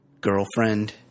girlfriend